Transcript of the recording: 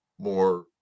more